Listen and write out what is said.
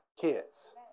kids